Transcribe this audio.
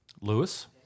Lewis